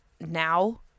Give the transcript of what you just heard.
now